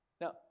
Now